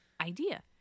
idea